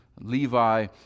Levi